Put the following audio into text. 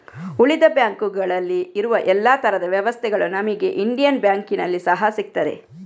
ಉಳಿದ ಬ್ಯಾಂಕುಗಳಲ್ಲಿ ಇರುವ ಎಲ್ಲಾ ತರದ ವ್ಯವಸ್ಥೆಗಳು ನಮಿಗೆ ಇಂಡಿಯನ್ ಬ್ಯಾಂಕಿನಲ್ಲಿ ಸಹಾ ಸಿಗ್ತದೆ